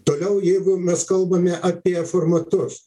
toliau jeigu mes kalbame apie formatus